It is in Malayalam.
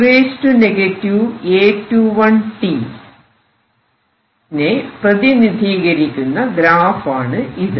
e A21t നെ പ്രതിനിധീകരിക്കുന്ന ഗ്രാഫ് ആണ് ഇത്